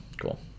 Cool